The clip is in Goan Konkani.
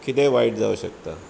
कितें वायट जावंक शकता